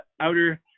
outer